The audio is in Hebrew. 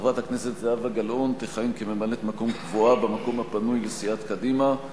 חברת הכנסת זהבה גלאון תכהן כממלאת-מקום קבועה במקום הפנוי לסיעת קדימה,